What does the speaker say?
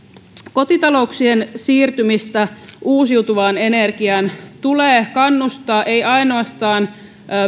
kotitalouksien siirtymistä uusiutuvaan energiaan tulee kannustaa ei ainoastaan